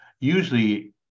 Usually